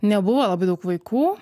nebuvo labai daug vaikų